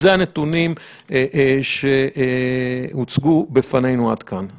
אלה הנתונים שהוצגו בפנינו עד כאן.